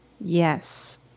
Yes